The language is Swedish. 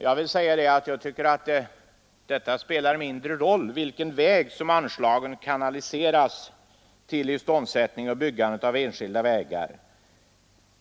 Det spelar enligt min mening mindre roll vilken väg anslaget till iståndsättning och byggande av enskilda vägar kanaliseras,